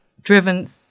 driven